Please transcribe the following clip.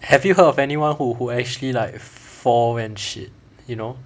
have you heard of anyone who who actually like fall and shit you know